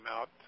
out